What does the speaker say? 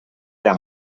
era